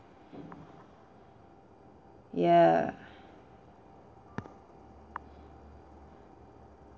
ya